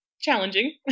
challenging